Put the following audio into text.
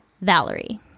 Valerie